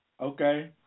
Okay